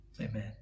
amen